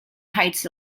heights